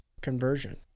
conversion